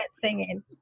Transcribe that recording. singing